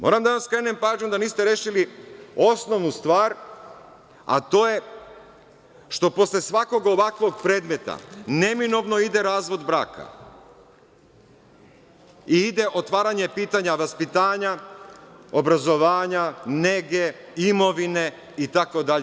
Moram da vam skrenem pažnju da niste rešili osnovnu stvar, a to je što posle svakog ovakvog predmeta neminovno ide razvod braka i ide otvaranje pitanja vaspitanja, obrazovanja, nege, imovine itd.